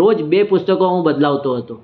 રોજ બે પુસ્તકો હું બદલાવતો હતો